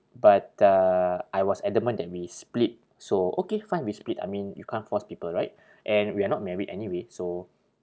but uh I was adamant that we split so okay fine we split I mean you can't force people right and we are not married anyway so